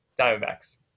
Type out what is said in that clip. Diamondbacks